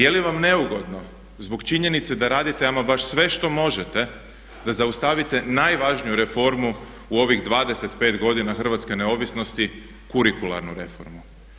Je li vam neugodno zbog činjenice da radite ama baš sve što možete da zaustavite najvažniju reformu u ovih 25 godina hrvatske neovisnosti, kurikularnu reformu?